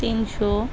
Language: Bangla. তিনশো